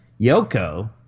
Yoko